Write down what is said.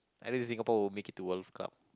I think Singapore won't make it World Cup